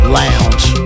lounge